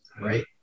Right